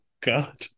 God